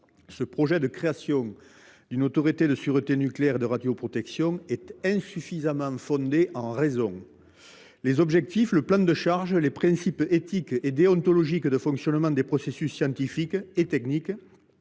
Ce projet de création d’une autorité de sûreté nucléaire de radioprotection est insuffisamment fondé en raison. Les objectifs, le plan de charge, les principes éthiques et déontologiques de fonctionnement des processus scientifiques et techniques,